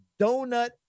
donut